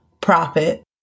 profit